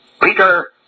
Peter